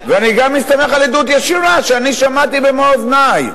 ואני גם מסתמך על עדות ישירה ששמעתי במו אוזני.